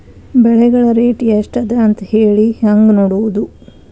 ಬೆಳೆಗಳ ರೇಟ್ ಎಷ್ಟ ಅದ ಅಂತ ಹೇಳಿ ಹೆಂಗ್ ನೋಡುವುದು?